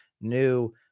new